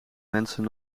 mensen